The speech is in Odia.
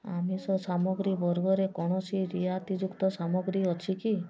ଆମିଷ ସାମଗ୍ରୀ ବର୍ଗରେ କୌଣସି ରିହାତିଯୁକ୍ତ ସାମଗ୍ରୀ ଅଛି କି